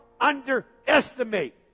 underestimate